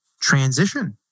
transition